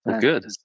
good